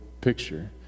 picture